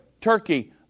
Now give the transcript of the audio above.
Turkey